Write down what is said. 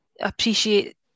appreciate